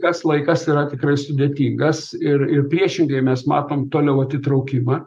tas laikas yra tikrai sudėtingas ir ir priešingai mes matom toliau atitraukimą